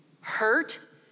hurt